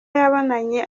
yabonanye